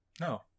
No